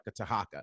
Tahaka